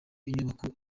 inyubako